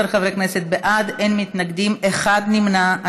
17 חברי כנסת בעד, אין מתנגדים, אחד נמנע.